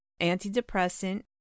antidepressant